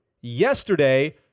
yesterday